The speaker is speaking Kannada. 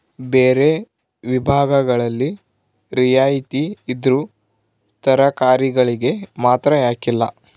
ಬೇರೆ ವಿಭಾಗಗಳಲ್ಲಿ ರಿಯಾಯಿತಿ ಇದ್ದರೂ ತರಕಾರಿಗಳಿಗೆ ಮಾತ್ರ ಯಾಕಿಲ್ಲ